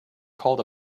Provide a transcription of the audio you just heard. called